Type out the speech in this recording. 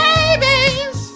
Babies